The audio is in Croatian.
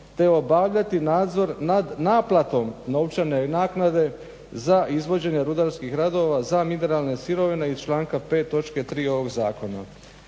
te obavljati nadzor nad naplatom novčane naknade za izvođenje rudarskih radova za mineralne sirovine iz članka 5. točke 3. ovog Zakona.